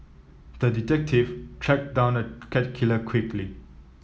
the detective tracked down the cat killer quickly